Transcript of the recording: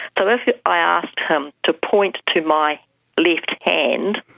so if if i asked him to point to my left hand,